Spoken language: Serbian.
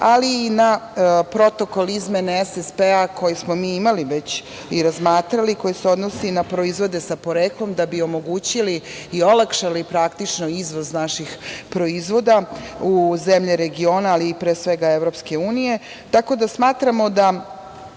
ali i na protokolizme SSP-a koje smo već imali i razmatrali, koji se odnose na proizvode sa poreklom, da bi omogućili i olakšali praktično izvoz naših proizvoda u zemlje regiona, ali pre svega EU. Tako da smatramo da